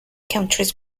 countries